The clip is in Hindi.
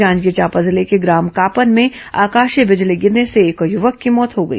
जांजगीर चांपा जिले के ग्राम कापन में आकाशीय बिजली गिरने से एक युवक की मौत हो गई